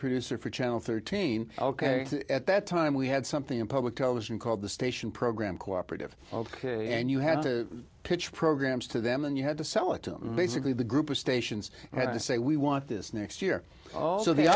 producer for channel thirteen ok at that time we had something in public television called the station program cooperative and you had to pitch programs to them and you had to sell it to them basically the group of stations had to say we want this next year also the